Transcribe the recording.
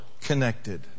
connected